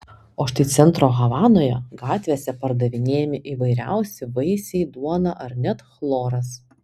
o štai centro havanoje gatvėse pardavinėjami įvairiausi vaisiai duona ar net chloras